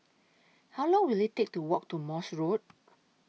How Long Will IT Take to Walk to Morse Road